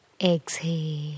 Exhale